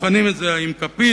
בוחנים את זה עם כפית.